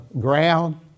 ground